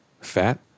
fat